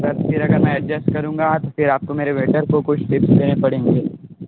sir फिर अगर मैं एडजस्ट करूंगा फिर आपको मेरे वेटर को कुछ टिप्स देने पड़ेंगे